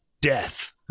death